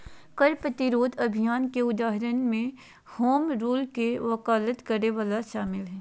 कर प्रतिरोध अभियान के उदाहरण में होम रूल के वकालत करे वला शामिल हइ